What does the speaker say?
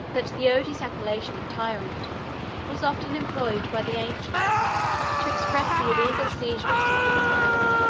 that the odious appellation of tyrant was often employed by the ancients to express the illegal seizure of supreme power,